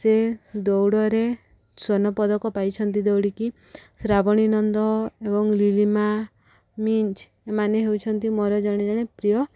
ସେ ଦୌଡ଼ରେ ସ୍ୱର୍ଣ୍ଣପଦକ ପାଇଛନ୍ତି ଦୌଡ଼ିକି ଶ୍ରାବଣୀ ନନ୍ଦ ଏବଂ ଲିଲିମା ମିଞ୍ଚ ଏମାନେ ହେଉଛନ୍ତି ମୋର ଜଣେ ଜଣେ ପ୍ରିୟ